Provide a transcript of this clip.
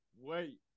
Wait